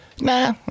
Nah